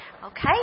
Okay